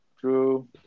True